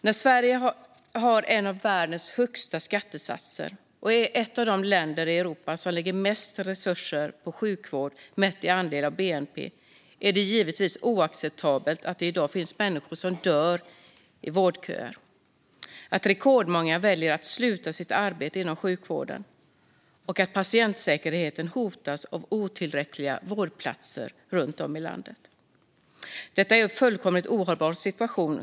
När Sverige har en av världens högsta skattesatser och är ett av de länder i Europa som lägger mest resurser på sjukvård mätt i andel av bnp är det givetvis oacceptabelt att det i dag finns människor som dör i vårdköer, att rekordmånga väljer att sluta sitt arbete inom sjukvården och att patientsäkerheten hotas av otillräckliga vårdplatser runt om i landet. Detta är en fullkomligt ohållbar situation.